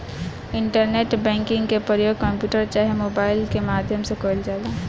internet banking के परयोग computer चाहे मोबाइल के माध्यम से कईल जाला